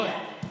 בואי.